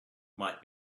might